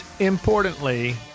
importantly